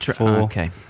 Okay